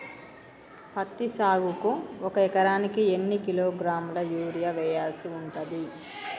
పత్తి సాగుకు ఒక ఎకరానికి ఎన్ని కిలోగ్రాముల యూరియా వెయ్యాల్సి ఉంటది?